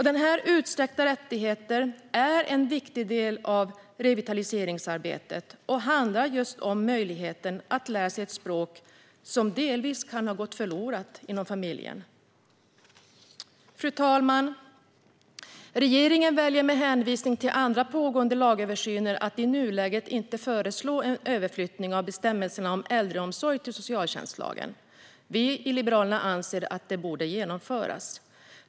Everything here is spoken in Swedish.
Denna utsträckta rättighet är en viktig del av revitaliseringsarbetet och handlar just om möjligheten att lära sig ett språk som delvis kan ha gått förlorat inom familjen. Fru talman! Regeringen väljer med hänvisning till andra pågående lagöversyner att i nuläget inte föreslå en överflyttning av bestämmelserna om äldreomsorg till socialtjänstlagen. Vi i Liberalerna anser att en sådan borde genomföras.